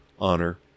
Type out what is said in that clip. honor